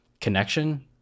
connection